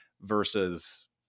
versus